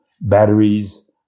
batteries